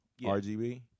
RGB